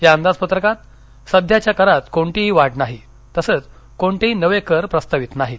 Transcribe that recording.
या अंदाजपत्रकात सध्याच्या करात कोणतीही वाढ नाही तसंच कोणतेही नवे कर प्रस्तावित नाहीत